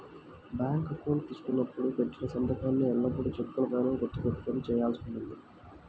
bank account తీసుకున్నప్పుడు పెట్టిన సంతకాన్నే ఎల్లప్పుడూ చెక్కుల పైన గుర్తు పెట్టుకొని చేయాల్సి ఉంటుంది